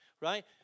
right